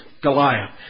Goliath